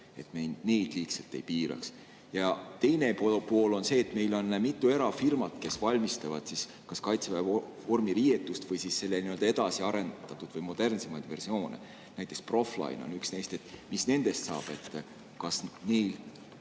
et me neid liigselt ei piiraks? Teine pool on see, et meil on mitu erafirmat, kes valmistavad kas Kaitseväe vormiriietust või selle edasiarendatud või modernsemaid versioone. Näiteks Profline on üks neist. Mis nendest saab? Kuidas